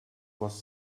was